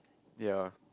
ya